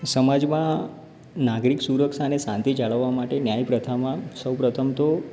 સમાજમાં નાગરિક સુરક્ષા અને શાંતિ જાળવવા માટે ન્યાય પ્રથામાં સૌ પ્રથમ તો